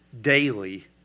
Daily